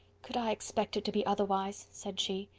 could i expect it to be otherwise! said she.